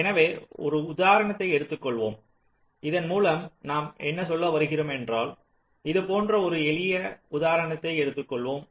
எனவே ஒரு உதாரணத்தை எடுத்துக் கொள்வோம் இதன் மூலம் நாம் என்ன சொல்ல வருகிறோம் என்றால் இது போன்ற ஒரு எளிய உதாரணத்தை எடுத்துக் கொள்வோம்